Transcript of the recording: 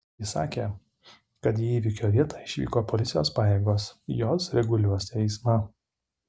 ji sakė kad į įvykio vietą išvyko policijos pajėgos jos reguliuos eismą